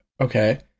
okay